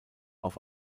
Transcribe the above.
auf